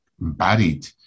embodied